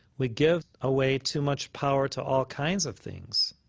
we give away too much power to all kinds of things